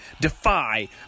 Defy